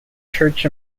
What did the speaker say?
church